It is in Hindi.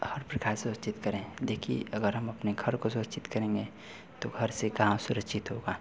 हर प्रकार सुरक्षित करें देखिए अगर हम अपने घर को सुरक्षित करेंगे तो घर से गाँव सुरक्षित होगा